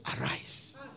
arise